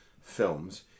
films